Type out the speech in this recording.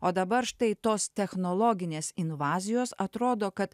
o dabar štai tos technologinės invazijos atrodo kad